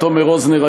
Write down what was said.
תומר רוזנר,